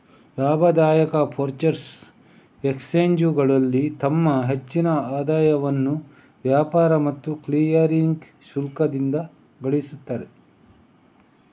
ಲಾಭದಾಯಕ ಫ್ಯೂಚರ್ಸ್ ಎಕ್ಸ್ಚೇಂಜುಗಳು ತಮ್ಮ ಹೆಚ್ಚಿನ ಆದಾಯವನ್ನ ವ್ಯಾಪಾರ ಮತ್ತು ಕ್ಲಿಯರಿಂಗ್ ಶುಲ್ಕದಿಂದ ಗಳಿಸ್ತವೆ